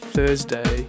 Thursday